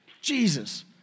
Jesus